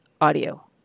audio